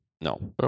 No